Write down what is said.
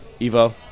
Evo